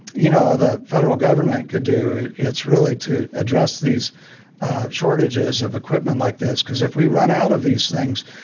you know, the federal government could do it, it's really to address these shortages of equipment like this. because if we run out of these things,